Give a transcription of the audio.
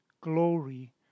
glory